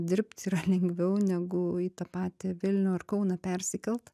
dirbt yra lengviau negu į tą patį vilnių ar kauną persikelt